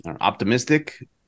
optimistic